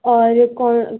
اور